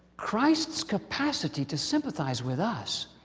christ's capacity to sympathize with us,